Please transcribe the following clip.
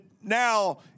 now